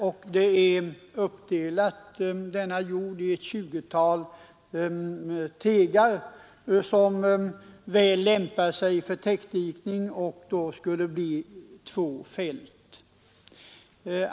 Denna jord är uppdelad på ett 20-tal tegar som väl lämpar sig för täckdikning, eftersom det då skulle bli två fält.